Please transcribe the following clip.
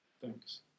Thanks